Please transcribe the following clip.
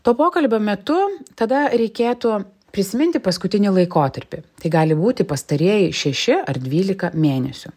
to pokalbio metu tada reikėtų prisiminti paskutinį laikotarpį tai gali būti pastarieji šeši ar dvylika mėnesių